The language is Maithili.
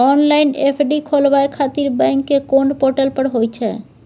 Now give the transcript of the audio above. ऑनलाइन एफ.डी खोलाबय खातिर बैंक के कोन पोर्टल पर होए छै?